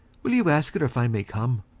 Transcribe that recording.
will you ask her if i may come?